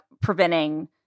preventing